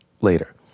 later